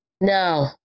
No